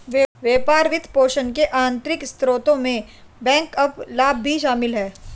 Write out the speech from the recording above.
व्यापार वित्तपोषण के आंतरिक स्रोतों में बैकअप लाभ भी शामिल हैं